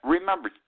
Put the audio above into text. Remember